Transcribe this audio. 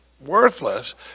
worthless